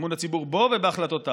אמון הציבור בו ובהחלטותיו.